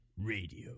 Radio